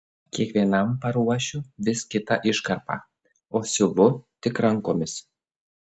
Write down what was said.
kiekvienam paruošiu vis kitą iškarpą o siuvu tik rankomis